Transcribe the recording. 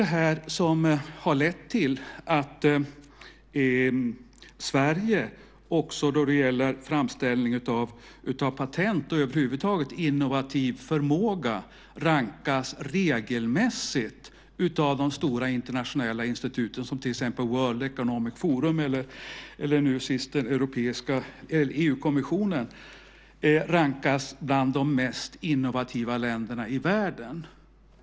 Det har också lett till att Sverige, då det gäller framställning av patent och innovativ förmåga över huvud taget, av de stora internationella instituten som till exempel World Economic Forum eller nu sist EU-kommissionen regelmässigt rankas bland de mest innovativa länderna i världen.